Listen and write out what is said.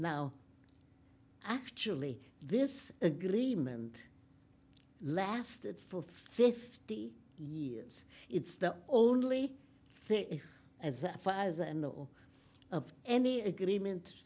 now actually this agreement lasted for fifty years it's the only thing as far as i know of any agreement